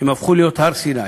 הם הפכו להיות הר-סיני.